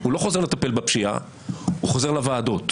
הוא לא חוזר לטפל בפשיעה, הוא חוזר לוועדות,